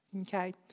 Okay